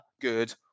good